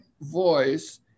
voice